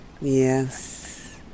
Yes